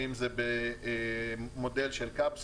אם זה במודל של קפסולות,